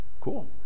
cool